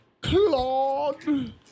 Claude